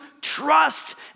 trust